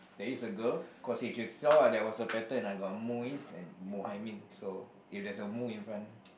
there is a girl cause if you saw I got a pattern I got a Muiz and Muhaimin so if there's a Mu in front